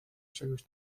czegoś